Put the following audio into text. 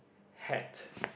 hat